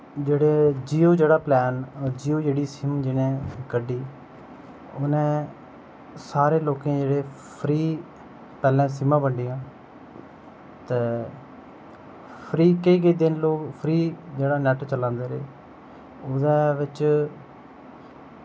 जेह्ड़े जियां जेह्ड़ा प्लान जेह्ड़ी जियो दी सिम जियां कड्ढी उ'नें सारे लोकें ई एह् जेह्के फ्री पैह्लें सिमां बंड्डियां फ्री केईं केईं दिन लोग फ्री जेह्ड़ा नेट चलांदे रेह् ओह्दे बिच